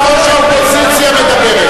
עכשיו ראש האופוזיציה מדברת.